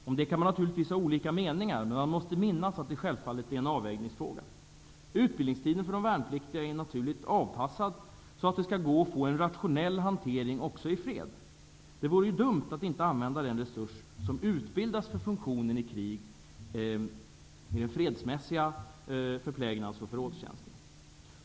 Om detta kan man ha olika meningar, men man måste minnas att det självfallet är en avvägningsfråga. Utbildningstiden för de värnpliktiga är naturligt avpassad så att det också skall gå att få en rationell hantering också i fred. Det vore ju dumt att inte använda den resurs som utbildas för funktionen i krig för fredsmässiga förplägnads och förrådstjänster.